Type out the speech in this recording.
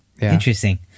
Interesting